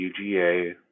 UGA